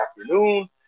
afternoon